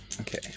Okay